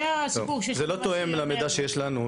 זה הסיפור של --- זה לא תואם למידע שיש לנו,